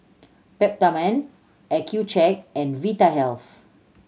Peptamen Accucheck and Vitahealth